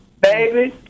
baby